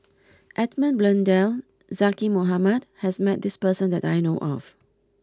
Edmund Blundell and Zaqy Mohamad has met this person that I know of